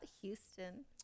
Houston